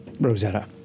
Rosetta